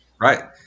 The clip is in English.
Right